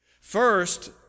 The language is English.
First